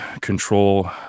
control